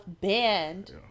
banned